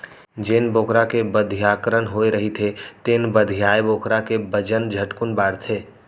जेन बोकरा के बधियाकरन होए रहिथे तेन बधियाए बोकरा के बजन झटकुन बाढ़थे